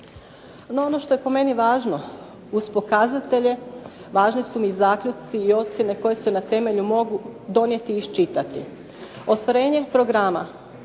No, ono što je po meni važno uz pokazatelje važni su mi i zaključci i ocjene koje se na temelju mogu donijeti i iščitati. Ostvarenje programa